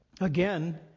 Again